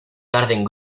garden